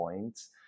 points